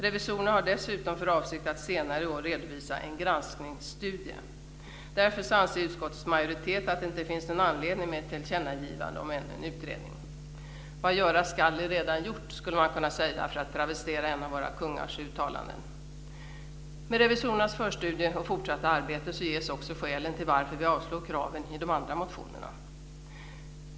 Revisorerna har dessutom för avsikt att senare i år redovisa en granskningsstudie. Därför anser utskottets majoritet att det inte finns någon anledning med ett tillkännagivande om ännu en utredning. "Vad göras skall är allaredan gjort" skulle man kunna säga, för att travestera en av våra kungars uttalanden. Med revisorernas förstudie och fortsatta arbete ges också skälen till varför vi avstyrker kraven i de andra motionerna.